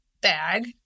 bag